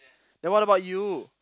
then what about you